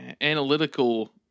analytical